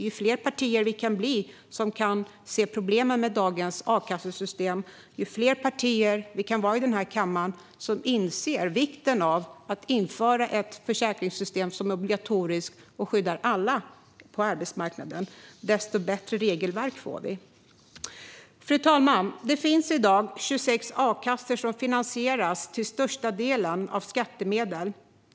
Ju fler partier vi kan bli som kan se problemen med dagens akassesystem och ju fler partier vi kan vara i denna kammare som inser vikten av att införa ett försäkringssystem som är obligatoriskt och som skyddar alla på arbetsmarknaden, desto bättre regelverk får vi. Fru talman! Det finns idag 26 a-kassor, som till största delen finansieras av skattemedel.